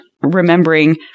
remembering